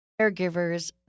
caregivers